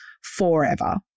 forever